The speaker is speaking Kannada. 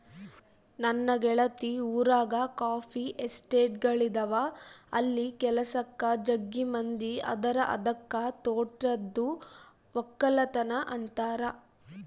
ನನ್ನ ಗೆಳತಿ ಊರಗ ಕಾಫಿ ಎಸ್ಟೇಟ್ಗಳಿದವ ಅಲ್ಲಿ ಕೆಲಸಕ್ಕ ಜಗ್ಗಿ ಮಂದಿ ಅದರ ಅದಕ್ಕ ತೋಟದ್ದು ವಕ್ಕಲತನ ಅಂತಾರ